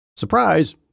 Surprise